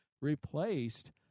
replaced